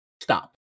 Stop